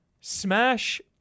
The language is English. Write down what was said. Smash